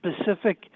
specific